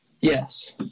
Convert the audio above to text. Yes